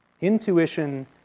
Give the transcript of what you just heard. Intuition